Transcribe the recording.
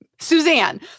suzanne